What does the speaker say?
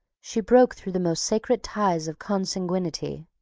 she broke through the most sacred ties of consanguinity,